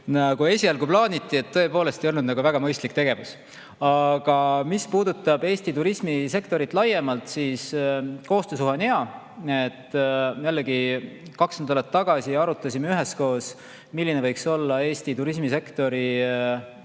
nagu esialgu plaaniti. Tõepoolest ei olnud väga mõistlik tegevus. Aga mis puudutab Eesti turismisektorit laiemalt, siis koostöösuhe on hea. Jällegi, kaks nädalat tagasi arutasime üheskoos, milline võiks olla Eesti turismisektori